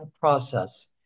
process